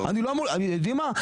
אתם יודעים מה?